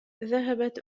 ذهبت